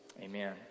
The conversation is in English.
Amen